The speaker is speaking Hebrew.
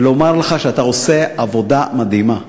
ולומר לך שאתה עושה עבודה מדהימה.